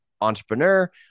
entrepreneur